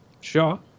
sure